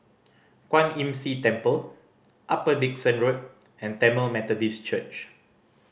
Kwan Imm See Temple Upper Dickson Road and Tamil Methodist Church